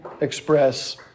express